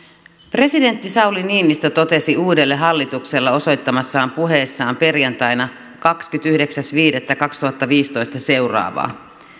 presidentti sauli niinistö totesi uudelle hallitukselle osoittamassaan puheessa perjantaina kahdeskymmenesyhdeksäs viidettä kaksituhattaviisitoista seuraavaa